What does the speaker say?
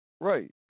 right